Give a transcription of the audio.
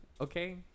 okay